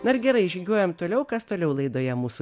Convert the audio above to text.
na ir gerai žygiuojam toliau kas toliau laidoje mūsų